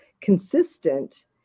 consistent